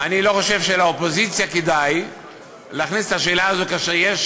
אני חושב שלאופוזיציה לא כדאי להכניס את השאלה הזו כאשר יש